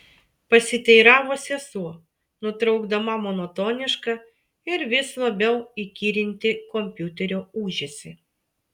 pasiteiravo sesuo nutraukdama monotonišką ir vis labiau įkyrintį kompiuterio ūžesį